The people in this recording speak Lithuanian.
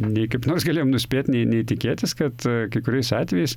nei kaip nors galėjome nuspėt nei nei tikėtis kad kai kuriais atvejais